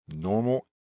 normal